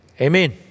amen